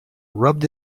rubbed